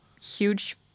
huge